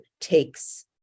takes